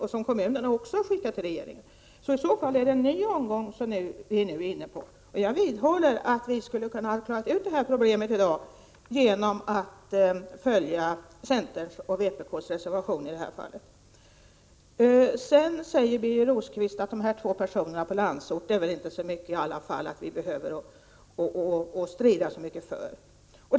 Det gäller också kommunernas skrivelser till regeringen. I så fall är vi nu inne på en ny omgång. Jag vidhåller att problemet skulle ha lösts i dag om riksdagen hade följt centerns och vpk:s reservation i detta fall. Birger Rosqvist säger att vi inte behöver strida så mycket om de två personerna på Landsort.